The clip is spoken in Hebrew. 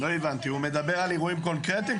לא הבנתי, הוא מדבר על אירועים קונקרטיים?